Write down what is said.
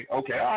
okay